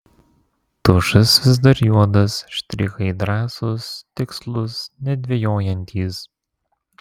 tušas vis dar juodas štrichai drąsūs tikslūs nedvejojantys